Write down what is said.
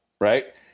right